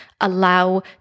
allow